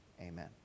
amen